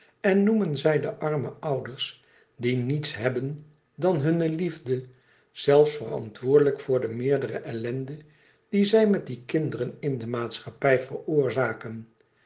en noemen zij de arme ouders die niets hebben dan hunne liefde zelfs verantwoordelijk voor de meerdere ellende die zij met die kinderen in de maatschappij veroorzaken